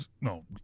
no